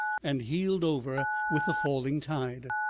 and heeled over with the falling tide.